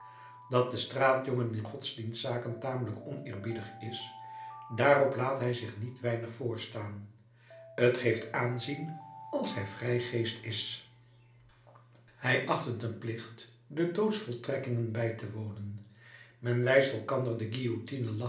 dat de straatjongen in godsdienstzaken tamelijk oneerbiedig is daarop laat hij zich niet weinig voorstaan t geeft aanzien als hij vrijgeest is hij acht het een plicht de doodsvoltrekkingen bij te wonen men wijst elkander de